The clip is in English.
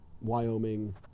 Wyoming